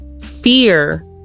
fear